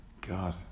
god